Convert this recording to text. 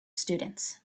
students